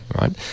right